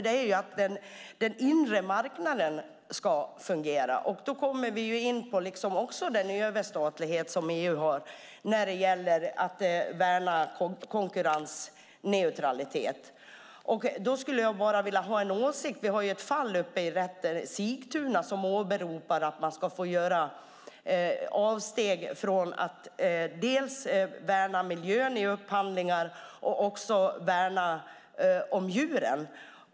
Den inre marknaden ska fungera. Då kommer vi också in på den överstatlighet som EU har när det gäller att värna om konkurrensneutralitet. Jag skulle vilja höra en åsikt. Vi har ett fall uppe i rätten: Sigtuna kommun åberopar att man ska få göra avsteg vid upphandlingar för att dels värna om miljön, dels värna om djuren.